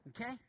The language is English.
okay